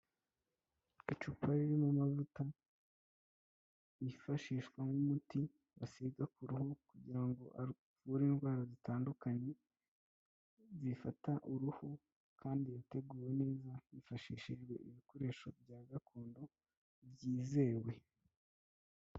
Icupa ririmo amavuta yifashishwa nk'umuti basiga ku ruhu kugira ngo avure indwara zitandukanye zifata uruhu kandi yateguwe neza hifashishijwe ibikoresho bya gakondo byizewe.